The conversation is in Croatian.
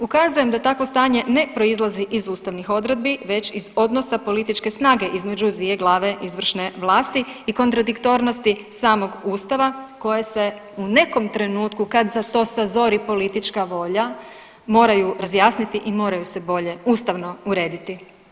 Ukazujem da takvo stanje ne proizlazi iz ustavnih odredbi već iz odnosa političke snage između dvije glave izvršne vlasti i kontradiktornosti samog Ustava koje se u nekom trenutku kad za to sazori politička volja moraju razjasniti i moraju se bolje ustavno urediti.